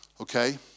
Okay